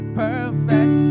perfect